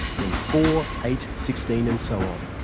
then four, eight, sixteen and so on.